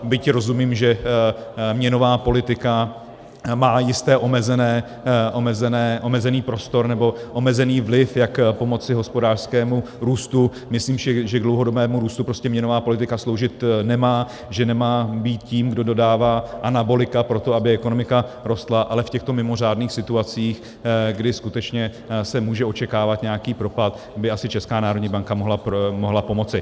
A byť rozumím, že měnová politika má jistý omezený prostor, nebo omezený vliv, jak pomoci hospodářskému růstu, myslím si, že k dlouhodobému růstu prostě měnová politika sloužit nemá, že nemá být tím, kdo dodává anabolika pro to, aby ekonomika rostla, ale v těchto mimořádných situacích, kdy skutečně se může očekávat nějaký propad, by asi Česká národní banka mohla pomoci.